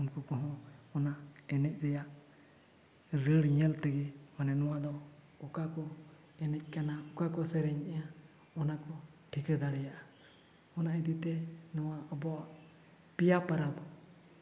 ᱩᱱᱠᱩ ᱠᱚᱦᱚᱸ ᱚᱱᱟ ᱮᱱᱮᱡ ᱨᱮᱭᱟᱜ ᱨᱟᱹᱲ ᱧᱮᱞ ᱛᱮᱜᱮ ᱢᱟᱱᱮ ᱱᱚᱣᱟ ᱫᱚ ᱚᱠᱟ ᱠᱚ ᱮᱱᱮᱡ ᱠᱟᱱᱟ ᱚᱠᱟ ᱠᱚ ᱥᱮᱨᱮᱧᱮᱫᱼᱟ ᱚᱱᱟᱠᱚ ᱴᱷᱤᱠᱟᱹ ᱫᱟᱲᱮᱭᱟᱜᱼᱟ ᱚᱱᱟ ᱤᱫᱤᱛᱮ ᱱᱚᱣᱟ ᱟᱵᱚᱣᱟᱜ ᱯᱮᱭᱟ ᱯᱚᱨᱚᱵᱽ